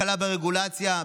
הקלה ברגולציה,